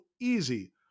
easy